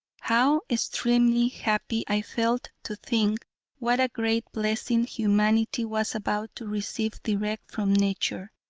how extremely happy i felt to think what a great blessing humanity was about to receive direct from nature,